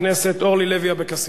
חברת הכנסת אורלי לוי אבקסיס.